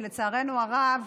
שלצערנו הרב,